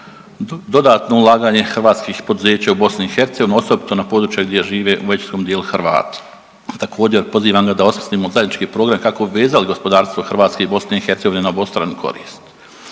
dodatno ulaganje hrvatskih poduzeća u BiH osobito na područja gdje žive u većinskom dijelu Hrvati. Također pozivam ga da osmislimo zajednički program kako bi vezali gospodarstvo Hrvatske i BiH na obostranu korist.